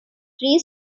three